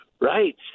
Right